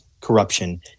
corruption